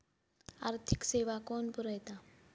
आर्थिक सेवा कोण पुरयता?